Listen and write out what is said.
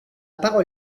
parole